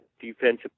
defensive